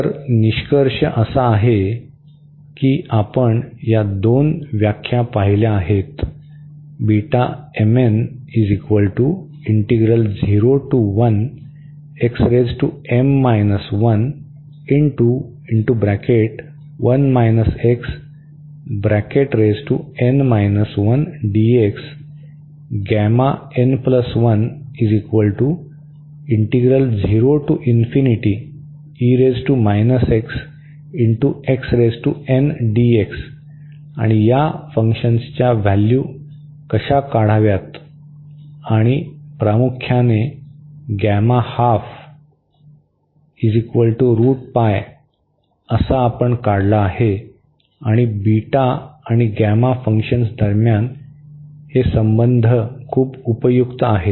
तर निष्कर्ष असा आहे की आपण या दोन व्याख्या पाहिल्या आहेत आणि या फंक्शन्सच्या व्हॅल्यू कशा काढव्यात आणि प्रामुख्याने गॅमा हाफ असा आपण काढला आहे आणि बीटा आणि गॅमा फंक्शन्स दरम्यान हे संबंध खूप उपयुक्त आहे